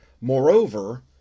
Moreover